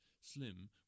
slim